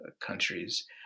countries